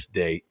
day